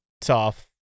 tough